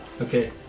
Okay